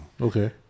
Okay